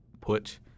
put